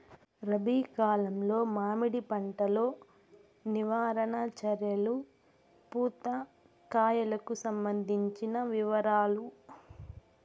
రబి కాలంలో మామిడి పంట లో నివారణ చర్యలు పూత కాయలకు సంబంధించిన వివరాలు?